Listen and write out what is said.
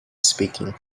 speaking